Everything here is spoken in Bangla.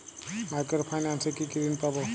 মাইক্রো ফাইন্যান্স এ কি কি ঋণ পাবো?